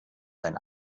sein